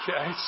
Okay